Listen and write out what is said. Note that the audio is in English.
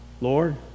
Lord